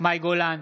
מאי גולן,